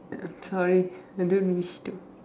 !choy! I don't wish to